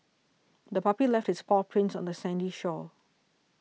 the puppy left its paw prints on the sandy shore